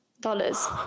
dollars